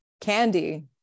candy